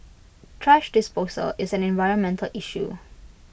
thrash disposal is an environmental issue